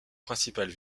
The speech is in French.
principale